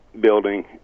building